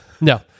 No